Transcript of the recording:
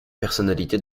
personnalité